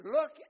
look